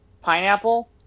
pineapple